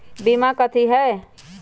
बीमा कथी है?